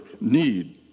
need